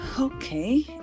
okay